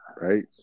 right